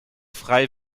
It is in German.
frei